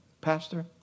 Pastor